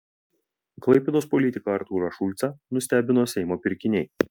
klaipėdos politiką artūrą šulcą nustebino seimo pirkiniai